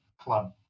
club